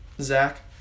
Zach